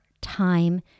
time